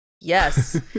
yes